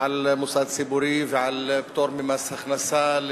על מוסד ציבורי ועל פטור ממס הכנסה.